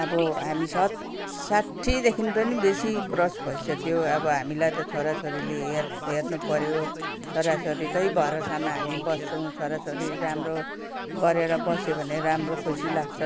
आब हामी सब साठीदेखि पनि बेसी क्रस भइसक्यो अब हामीलाई त छोराछोरीले हेर हेर्नुपर्यो छोराछोरीकै भरोसामा हामी बस्छौँ छोराछोरी राम्रो गरेर बस्यो भने राम्रो खुसी लाग्छ